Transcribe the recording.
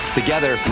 together